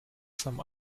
some